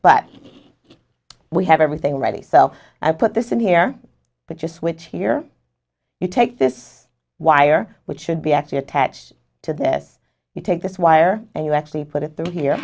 but we have everything ready so i put this in here but you switch here you take this wire which should be actually attached to this you take this wire and you actually put it through here